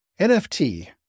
NFT